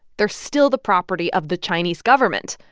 they're still the property of the chinese government.